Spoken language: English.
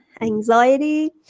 Anxiety